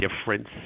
difference